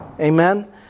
Amen